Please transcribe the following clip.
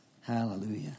Hallelujah